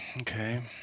Okay